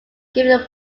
given